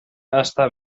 està